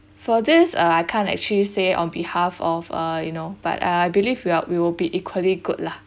for this uh I can't actually say on behalf of uh you know but uh I believe we are we will be equally good lah